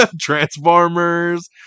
Transformers